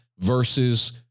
versus